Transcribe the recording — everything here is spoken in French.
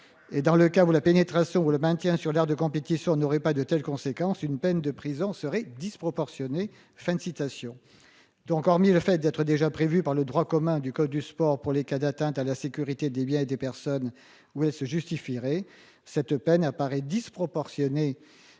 Et dans le cas vous la pénétration ou le maintien sur l'aire de compétition n'aurait pas de telles conséquences. Une peine de prison serait disproportionné,